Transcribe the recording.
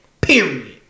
Period